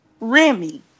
Remy